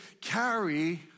carry